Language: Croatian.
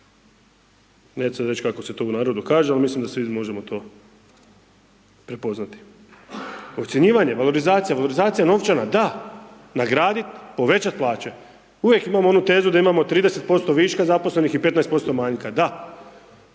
neću sad reć kako se to u narodu kaže, al mislim da svi možemo to prepoznati. Ocjenjivanje, valorizacija, valorizacija novčana da nagradit povećat plaće, uvijek imamo onu tezu da imamo 30% viška zaposlenih i 15% manjka, da,